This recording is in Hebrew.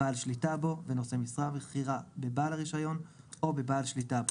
בעל שליטה בו ונושא משרה בכירה בבעל הרישיון או בבעל שליטה בו.